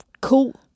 Cool